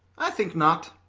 i think not.